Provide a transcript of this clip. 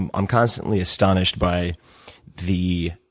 i'm um constantly astonished by the